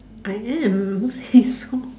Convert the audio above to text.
I am he saw